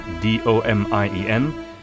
D-O-M-I-E-N